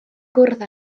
gwrdd